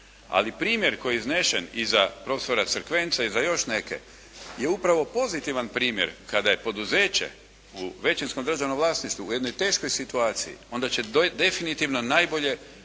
Ali primjer koji je iznesen i za profesora Crkvenca i za još neke, je upravo pozitivan primjer kada je poduzeće u većinskom državnom vlasništvu, u jednoj teškoj situaciji onda će definitivno najbolje